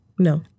No